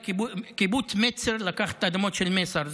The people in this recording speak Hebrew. קיבוץ מצר לקח את האדמות של מייסר.